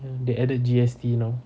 ya they added G_S_T now